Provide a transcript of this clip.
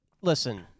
listen